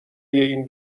این